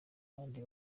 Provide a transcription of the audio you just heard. kandi